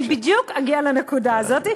אני בדיוק אגיע לנקודה הזאת.